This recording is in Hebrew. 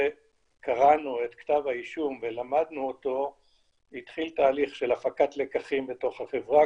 שקראנו את כתב האישום ולמדנו אותו התחיל תהליך של הפקת לקחים בתוך החברה,